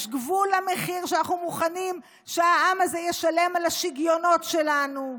יש גבול למחיר שאנחנו מוכנים שהעם הזה ישלם על השיגיונות שלנו.